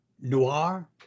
noir